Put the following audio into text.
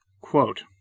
quote